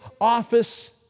office